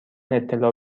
اطلاع